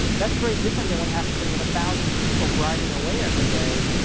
that's very different than what happens when you've a thousand people grinding away every day,